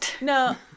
No